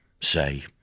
say